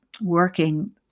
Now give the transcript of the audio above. working